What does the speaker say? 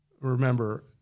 Remember